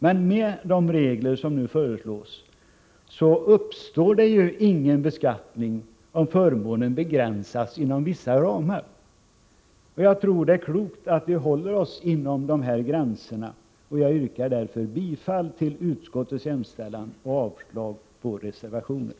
Men med de regler som nu föreslås uppstår det inte någon beskattning om förmånen begränsas inom vissa ramar. Jag tror att det är klokt att vi håller oss inom dessa gränser. Jag yrkar därför bifall till utskottets hemställan och avslag på reservationen.